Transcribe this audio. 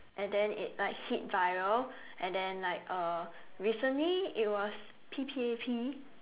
and then it like hit viral and then like uh recently it was P_P_A_P